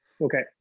Okay